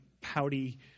pouty